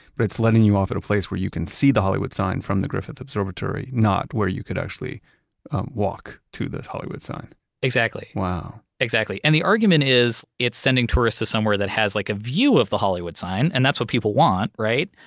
but it's letting you off at a place where you can see the hollywood sign from the griffith observatory, not where you could actually walk to the hollywood sign. wow exactly. wow exactly. and the argument is it's sending tourists to somewhere that has like a view of the hollywood sign and that's what people want, right?